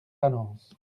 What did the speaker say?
talence